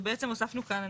אנחנו בעצם הוספנו כאן,